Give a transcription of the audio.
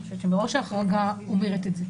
אני חושבת שמראש ההחרגה של המקומות האלה אומרת את זה.